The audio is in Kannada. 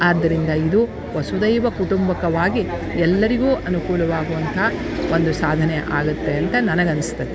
ಆದ್ದರಿಂದ ಇದು ವಸುಧೈವ ಕುಟುಂಬಕವಾಗಿ ಎಲ್ಲರಿಗೂ ಅನುಕೂಲವಾಗುವಂಥ ಒಂದು ಸಾಧನೆ ಆಗುತ್ತೆ ಅಂತ ನನಗೆ ಅನಿಸ್ತದೆ